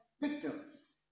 victims